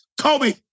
Kobe